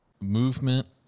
Movement